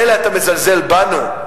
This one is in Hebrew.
מילא אתה מזלזל בנו,